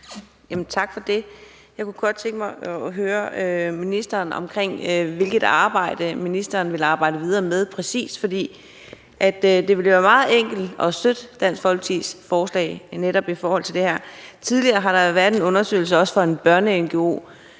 Tak for det. Jeg kunne godt tænke mig at høre ministeren om, hvilket arbejde ministeren præcis vil arbejde videre med. For det ville jo være meget enkelt at støtte Dansk Folkepartis forslag netop i forhold til det her. Tidligere har der jo også været en undersøgelse fra en børne-ngo,